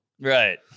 right